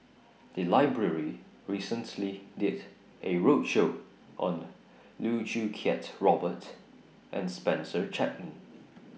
The Library recently did A roadshow on Loh Choo Kiat Robert and Spencer Chapman